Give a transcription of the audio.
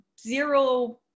zero